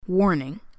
Warning